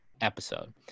episode